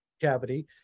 cavity